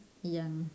young